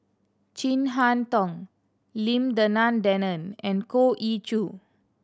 Chin Harn Tong Lim Denan Denon and Goh Ee Choo